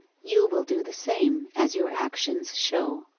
you will do the same, as your actions show.